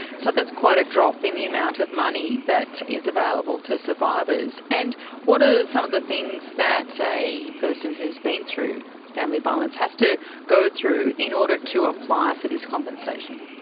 so that's quite a drop in the amount of money that is available to survivors. and what are some of the things that a person who has been through family violence has to go through in order to apply for this compensation?